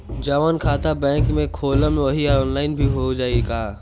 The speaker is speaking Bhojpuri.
जवन खाता बैंक में खोलम वही आनलाइन हो जाई का?